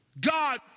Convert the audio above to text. God